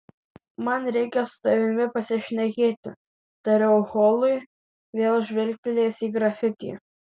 man reikia su tavimi pasišnekėti tariau holui vėl žvilgtelėjęs į grafitį